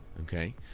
Okay